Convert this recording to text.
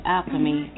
Alchemy